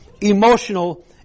emotional